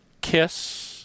KISS